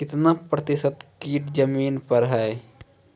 कितना प्रतिसत कीट जमीन पर हैं?